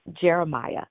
Jeremiah